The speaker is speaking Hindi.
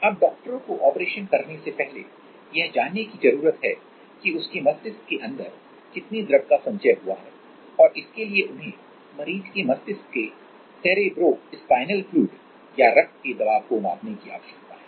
अब डॉक्टरों को ऑपरेशन करने से पहले यह जानने की जरूरत है कि उसके मस्तिष्क के अंदर कितने द्रव का संचय हुआ है और इसके लिए उन्हें मरीज के मस्तिष्क के सेरेब्रोस्पाइनल फ्लूइड या रक्त के दबाव को मापने की आवश्यकता है